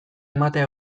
ematea